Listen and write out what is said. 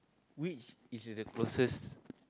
which is the closest